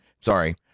sorry